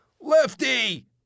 Lefty